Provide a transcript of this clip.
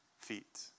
feet